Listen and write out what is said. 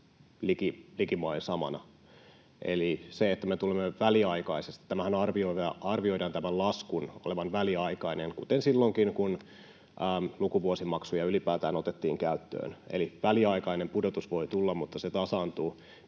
samana, ja tämän laskunhan arvioidaan olevan väliaikainen, kuten silloinkin, kun lukuvuosimaksuja ylipäätään otettiin käyttöön. Eli väliaikainen pudotus voi tulla, mutta se tasaantuu